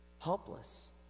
Helpless